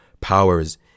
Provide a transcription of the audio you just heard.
powers